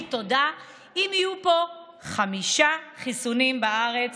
תודה אם יהיו פה חמישה חיסונים בארץ